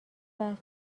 بعد